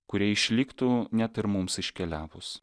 kurie išliktų net ir mums iškeliavus